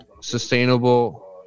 Sustainable